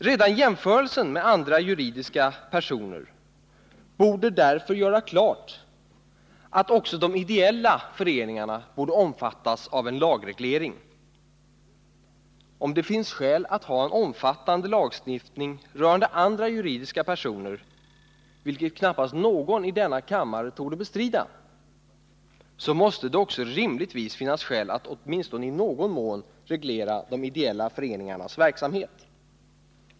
Redan jämförelsen med andra juridiska personer borde därför göra klart att också de ideella föreningarna borde omfattas av en lagreglering. Om det finns skäl att ha 51 omfattande lagstiftning rörande andra juridiska personer, vilket knappast någon i denna kammare torde bestrida, måste det också rimligtvis finnas skäl att åtminstone i någon mån reglera de ideella föreningarnas verksamhet.